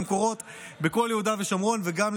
הן קורות בכל יהודה ושומרון וגם,